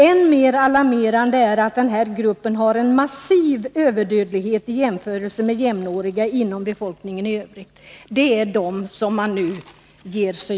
Än mer alarmerande är att den gruppen har en massiv överdödlighet i jämförelse med jämnåriga inom befolkningen i övrigt. Det är dem som man nu ger sig